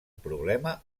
problema